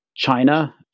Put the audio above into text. China